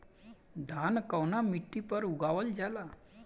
धान कवना मिट्टी पर उगावल जाला?